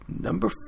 Number